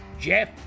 Jeff